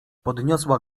podniosła